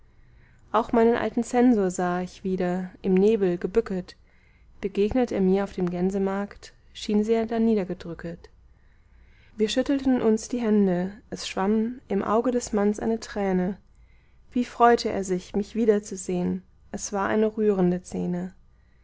auch meinen alten zensor sah ich wieder im nebel gebücket begegnet er mir auf dem gänsemarkt schien sehr darniedergedrücket wir schüttelten uns die hände es schwamm im auge des manns eine träne wie freute er sich mich wiederzusehn es war eine rührende szene